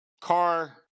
car